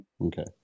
Okay